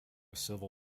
civil